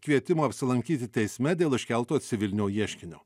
kvietimo apsilankyti teisme dėl iškelto civilinio ieškinio